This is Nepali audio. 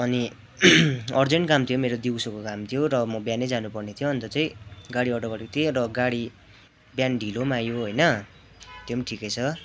अनि अर्जेन्ट काम थियो मेरो दिउँसोको काम थियो र मो बिहानै जानु पर्ने थियो अन्त चाहिँ गाडी अर्डर गरेको थिएँर गाडी बिहान ढिलो पनि आयो होइन त्यो पनि ठिकै छ